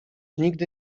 nigdy